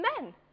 men